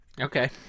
okay